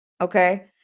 Okay